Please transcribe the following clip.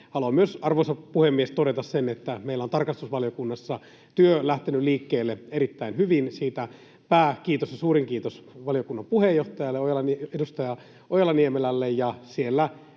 Haluan myös, arvoisa puhemies, todeta sen, että meillä on tarkastusvaliokunnassa työ lähtenyt liikkeelle erittäin hyvin — siitä pääkiitos ja suurin kiitos valiokunnan puheenjohtajalle, edustaja Ojala-Niemelälle. Siellä